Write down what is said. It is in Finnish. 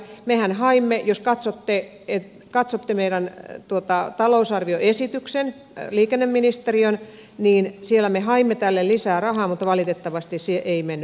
mehän haimme jos katsotte meidän tuottaa talousarvioesitykseen liikenneministeri on niin siellä liikenneministeriön talousarvioesityksen tälle lisää rahaa mutta valitettavasti se ei mennyt läpi